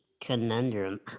conundrum